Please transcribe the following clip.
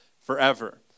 forever